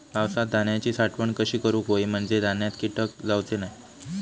पावसात धान्यांची साठवण कशी करूक होई म्हंजे धान्यात कीटक जाउचे नाय?